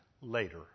later